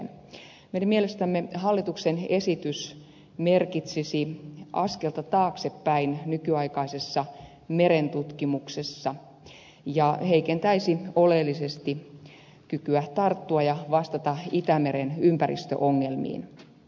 meidän mielestämme hallituksen esitys merkitsisi askelta taaksepäin nykyaikaisessa merentutkimuksessa ja heikentäisi oleellisesti kykyä tarttua ja vastata itämeren ympäristöongelmiin